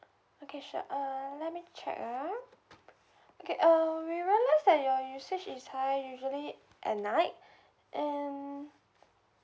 okay sure uh let me check ah okay uh we realise that your usage is high usually at night and